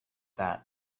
that